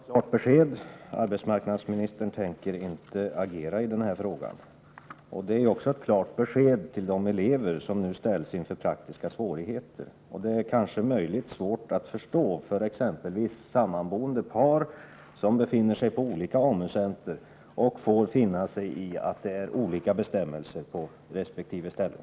Herr talman! Det var klart besked — arbetsmarknadsministern tänker inte agera den här frågan. Det är också ett klart besked till de elever som nu ställs inför praktiska svårigheter. Förhållanden är möjligen svåra att förstå för exempelvis sammanboende par som befinner sig på olika AMU-centrer och får finna sig i att det är olika bestämmelser på olika ställen.